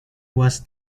was